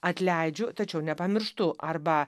atleidžiu tačiau nepamirštu arba